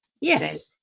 Yes